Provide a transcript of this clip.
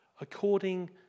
according